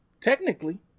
Technically